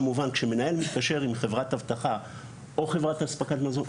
כמובן כשמנהל מתקשר עם חברת אבטחה או חברת אספקת המזון,